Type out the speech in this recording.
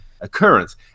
occurrence